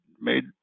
made